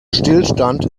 stillstand